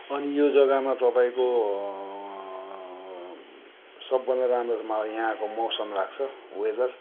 अनि यो जग्गामा तपाईँको सबभन्दा राम्रो त मलाई यहाँको मौसम लाग्छ वेदर